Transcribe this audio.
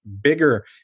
bigger